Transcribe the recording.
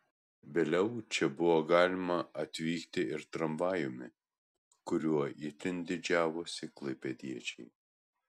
vėliau čia buvo galima atvykti ir tramvajumi kuriuo itin didžiavosi klaipėdiečiai